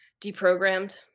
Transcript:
deprogrammed